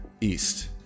east